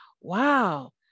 wow